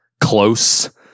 close